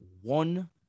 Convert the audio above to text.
one